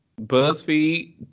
BuzzFeed